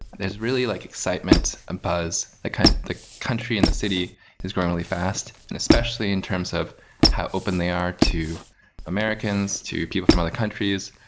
there's really like excitement and buzz the kind of the country and the city is growing really fast, and especially in terms of how open they are to americans, to people from other countries,